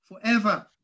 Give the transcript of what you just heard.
forever